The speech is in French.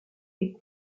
des